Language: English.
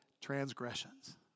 transgressions